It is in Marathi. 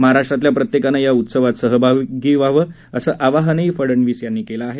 महाराष्ट्रातल्या प्रत्येकानं या उत्सवात सहभागी व्हावं असं आवाहनही फडनवीस यांनी केलं आहे